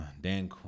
Dan